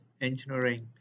engineering